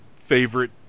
favorite